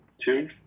two